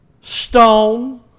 Stone